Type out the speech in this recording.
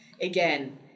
Again